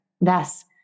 thus